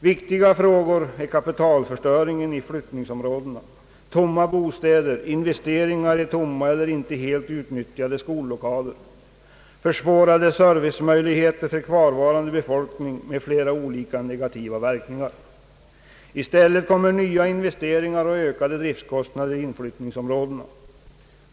Viktiga frågor är kapitalförstöringen i flyttningsområdena: tomma bostäder, investeringar i tomma eller inte helt utnyttjade skollokaler, försvårade servicemöjligheter för kvarvarande befolkning med flera olika negativa verkningar. I stället kommer nya investeringar och ökade driftkostnader i inflyttningsområdena.